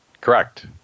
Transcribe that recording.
Correct